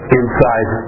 inside